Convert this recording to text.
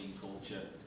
culture